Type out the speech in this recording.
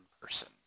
person